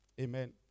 Amen